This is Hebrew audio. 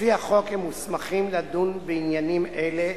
לפי החוק הם מוסמכים לדון בעניינים אלה